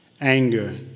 anger